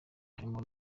harimo